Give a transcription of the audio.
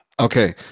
Okay